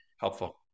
Helpful